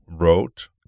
wrote